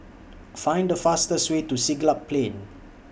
Find The fastest Way to Siglap Plain